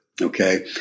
Okay